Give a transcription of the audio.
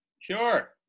Sure